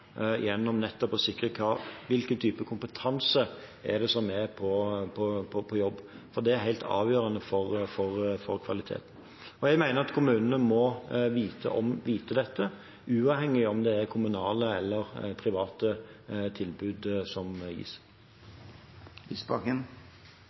nettopp å se hvilken type kompetanse det er som er på jobb. For det er helt avgjørende for kvaliteten. Jeg mener at kommunene må vite dette, uavhengig av om det er kommunale eller private tilbud som gis.